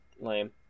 Lame